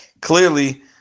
clearly